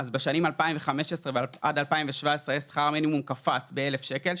בשנים 2015 עד 2017 שכר המינימום קפץ ב-1,000 שקל,